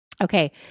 Okay